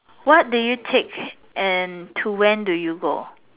what do you take and to when do you go